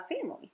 family